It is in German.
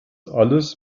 alles